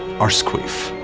arsequeef.